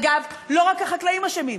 אגב, לא רק החקלאים אשמים.